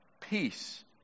peace